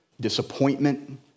disappointment